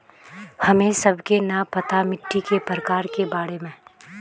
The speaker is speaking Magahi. हमें सबके न पता मिट्टी के प्रकार के बारे में?